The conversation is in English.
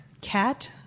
Cat